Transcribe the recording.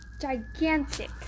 gigantic